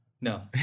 No